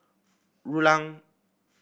Rulang